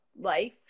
life